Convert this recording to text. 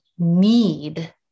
need